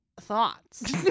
thoughts